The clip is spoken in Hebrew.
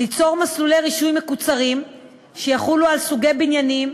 ליצור מסלולי רישוי מקוצרים שיחולו על סוגי בניינים,